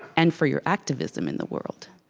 and for your activism in the world